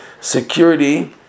security